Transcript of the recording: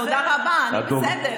תודה רבה, אני בסדר.